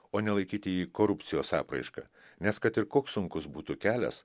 o ne laikyti jį korupcijos apraiška nes kad ir koks sunkus būtų kelias